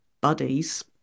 buddies